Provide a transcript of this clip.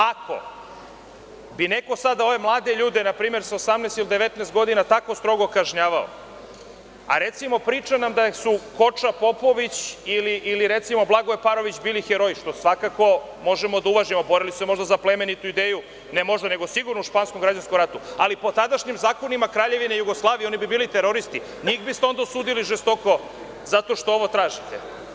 Ako bi neko sada ove mlade ljude, na primer, sa 18 ili 19 godina tako strogo kažnjavao, a recimo priča nam da su Koča Popović ili recimo Blagoje Parović bili heroji, što svakako možemo da uvažimo, borili su se možda za plemenitu ideju, ne možda, nego sigurno u španskom građanskom ratu, ali po tadašnjim zakonima Kraljevine Jugoslavije oni bi bili teroristi, njih biste onda osudili žestoko zato što ovo tražite.